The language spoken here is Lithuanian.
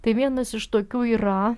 tai vienas iš tokių yra